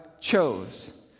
chose